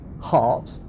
heart